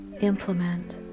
implement